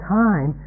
time